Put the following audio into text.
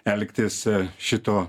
elgtis šito